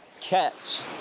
catch